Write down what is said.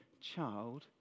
child